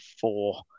four